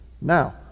Now